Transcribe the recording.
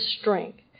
strength